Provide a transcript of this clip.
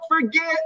forget